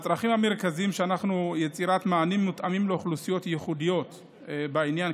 הצרכים המרכזיים הם יצירת מענים מותאמים לאוכלוסיות ייחודיות בעניין,